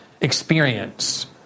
experience